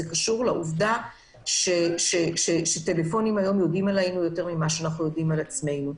זה קשור לעובדה שטלפונים יודעים עלינו יותר ממה שאנחנו יודעים על עצמנו.